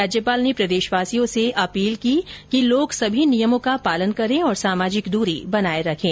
राज्यपाल ने प्रदेशवासियों से अपील की है कि लोग सभी नियमों का पालन करें और सामाजिक दूरी बनाये रखें